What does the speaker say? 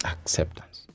Acceptance